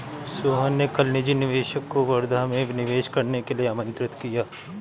सोहन ने कल निजी निवेशक को वर्धा में निवेश करने के लिए आमंत्रित किया